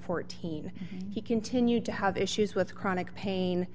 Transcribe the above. fourteen he continued to have issues with chronic pain